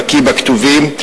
בקי בכתובים.